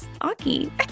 Aki